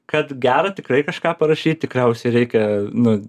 kad gerą tikrai kažką parašyt tikriausiai reikia nu